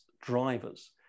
drivers